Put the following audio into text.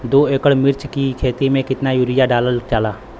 दो एकड़ मिर्च की खेती में कितना यूरिया डालल जाला?